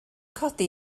codi